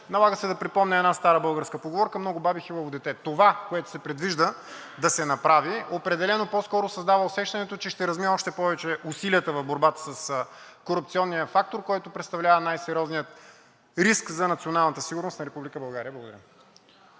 налага да припомня една стара българска поговорка: „Много баби, хилаво дете.“ Това, което се предвижда да се направи, определено по-скоро създава усещането, че ще размие още повече усилията в борбата с корупционния фактор, който представлява най-сериозният риск за националната сигурност на Република България. Благодаря.